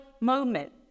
moment